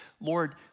Lord